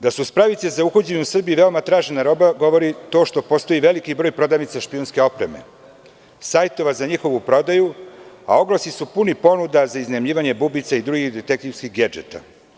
Da su spravice za uhođenje u Srbiji veoma tražena roba govori i to što postoji veliki broj prodavnica špijunske opreme, sajtova za njihovu prodaju, a oglasi su puni ponuda za iznajmljivanje bubica i drugih detektivskih gedžeta.